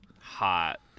Hot